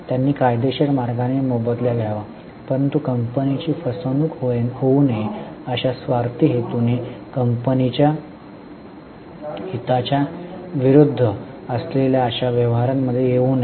त्यांनी कायदेशीर मार्गाने मोबदला घ्यावा परंतु कंपनीची फसवणूक होऊ नये अशा स्वार्थी हेतूने कंपनीच्या हिताच्या विरुद्ध असलेल्या अशा व्यवहारांमध्ये येऊ नये